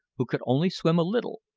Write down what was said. who could only swim a little,